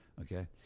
Okay